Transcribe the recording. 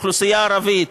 האוכלוסייה הערבית,